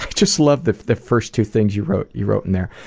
just love the the first two things you wrote you wrote in there.